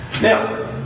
Now